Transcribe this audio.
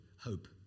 hope